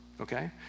okay